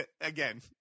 again